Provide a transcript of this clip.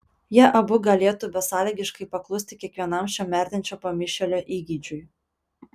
jie abu galėtų besąlygiškai paklusti kiekvienam šio merdinčio pamišėlio įgeidžiui